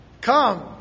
Come